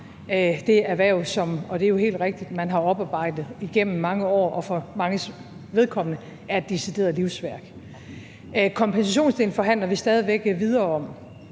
det er jo helt rigtigt – har oparbejdet igennem mange år, og som for manges vedkommende er et decideret livsværk. Kompensationsdelen forhandler vi stadig væk videre om,